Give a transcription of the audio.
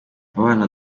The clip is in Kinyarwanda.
abana